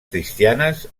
cristianes